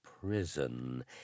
prison